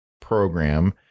program